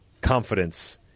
confidence